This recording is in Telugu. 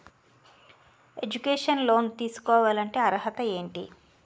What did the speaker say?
ఎడ్యుకేషనల్ లోన్ తీసుకోవాలంటే అర్హత ఏంటి?